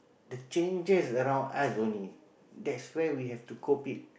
the changes around us only that's where we have to cope it